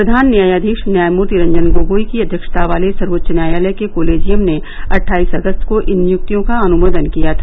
प्रधान न्यायाधीश न्यायमूर्ति रंजन गोगोई की अध्यक्षता वाले सर्वोच्च न्यायालय के कलिजियम ने अट्ठाईस अगस्त को इन नियुक्तियों का अनुमोदन किया था